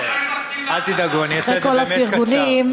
אחרי כל הפרגונים.